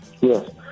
Yes